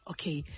Okay